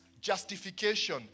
justification